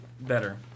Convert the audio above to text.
better